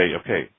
okay